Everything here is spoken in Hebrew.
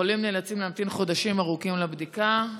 וחולים נאלצים להמתין חודשים ארוכים לבדיקה.